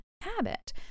habit